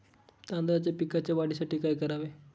तांदळाच्या पिकाच्या वाढीसाठी काय करावे?